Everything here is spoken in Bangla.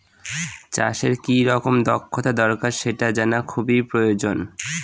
চাষের কি রকম দক্ষতা দরকার সেটা জানা খুবই প্রয়োজন